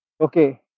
okay